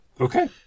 Okay